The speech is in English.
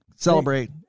celebrate